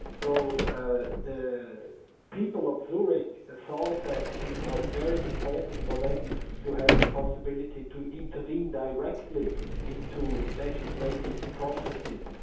though the people of zurich thought that it was very important for them to have the possibility to intervene directly into legislative processes,